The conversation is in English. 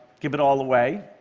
give it all away.